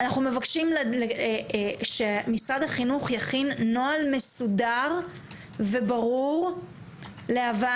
אנחנו מבקשים שמשרד החינוך יכין נוהל מסודר וברור להבאה